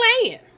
playing